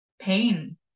Pain